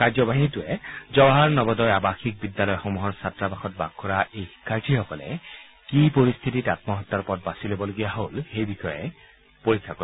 কাৰ্যবাহিনীটোৱে জৱাহৰ নৱোদয় আৱাসিক বিদ্যালয়সমূহৰ ছাত্ৰাবাসত বাস কৰা এই শিক্ষাৰ্থীসকলে কি পৰিস্থিতিত আম্মহত্যাৰ পথ বাছি ল'বলগীয়া হ'ল সেই বিষয়ে পৰীক্ষা কৰিব